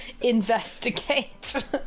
investigate